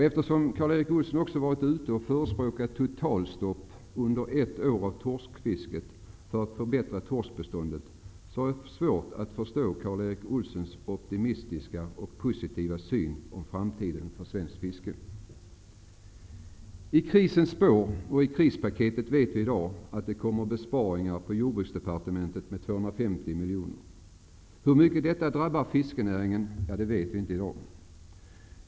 Eftersom Karl Erik Olsson också förespråkat totalstopp under ett år av torskfisket för att förbättra torskbeståndet har jag svårt att förstå hans optimistiska och positiva syn på framtiden för svenskt fiske. I krisens spår och genom krispaketet vet vi i dag att det kommer besparingar med 250 miljoner på Jordbruksdepartementet. Hur mycket detta drabbar fiskenäringen vet vi inte i dag.